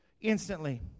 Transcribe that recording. instantly